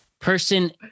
person